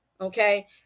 Okay